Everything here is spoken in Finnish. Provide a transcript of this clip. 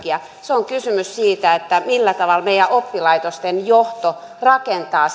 ja on kysymys siitä millä tavalla meidän oppilaitosten johto rakentaa